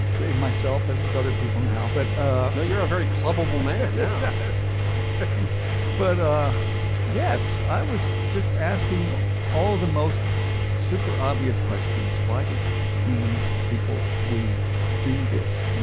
with myself and with other people now. but ah now you're a very clever woman and yeah but yes i was just asking all of the most super obvious questions why do humans people we do this.